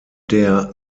der